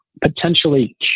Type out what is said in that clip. potentially